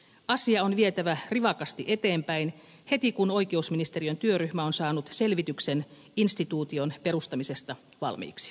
asia on vietävä rivakasti eteenpäin heti kun oikeusministeriön työryhmä on saanut selvityksen instituution perustamisesta valmiiksi